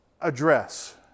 address